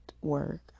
work